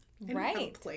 Right